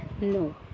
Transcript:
no